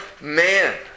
man